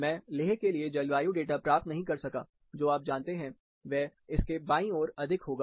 मैं लेह के लिए जलवायु डेटा प्राप्त नहीं कर सका जो आप जानते हैं वह इसके बाईं ओर अधिक होगा